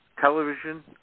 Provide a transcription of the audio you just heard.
television